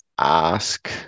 ask